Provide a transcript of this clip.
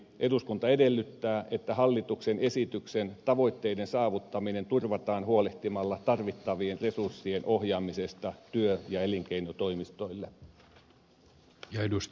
eduskunta edellyttää että hallituksen esityksen tavoitteiden saavuttaminen turvataan huolehtimalla tarvittavien resurssien ohjaamisesta työ ja elinkeinotoimistoille